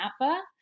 Napa